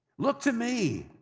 look to me,